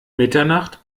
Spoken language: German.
mitternacht